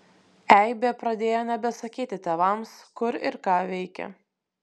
eibė pradėjo nebesakyti tėvams kur ir ką veikia